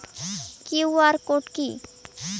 QR code কি?